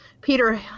Peter